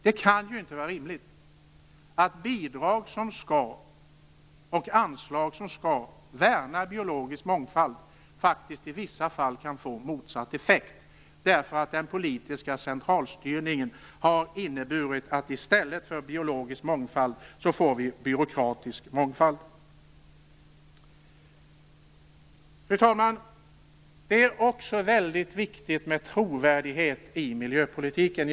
Det kan inte vara rimligt att bidrag och anslag som skall värna biologisk mångfald i vissa fall får motsatt effekt. Den politiska centralstyrningen har inneburit att vi i stället för en biologisk mångfald får en byråkratisk mångfald. Fru talman! Det är också väldigt viktigt med trovärdighet i miljöpolitiken.